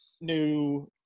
new